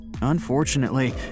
Unfortunately